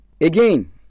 Again